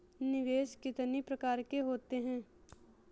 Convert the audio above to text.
निवेश कितनी प्रकार के होते हैं?